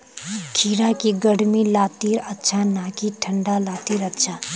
खीरा की गर्मी लात्तिर अच्छा ना की ठंडा लात्तिर अच्छा?